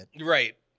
Right